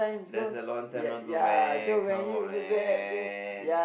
that's a long time ago man come on man